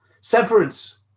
Severance